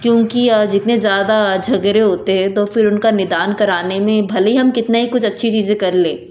क्योंकि जितने ज़्यादा झगड़े होते है तो फ़िर उनका निदान कराने में भले ही हम कितने ही कुछ अच्छी चीज़ें कर लें